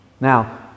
Now